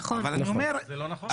אבל אני אומר זה לא נכון.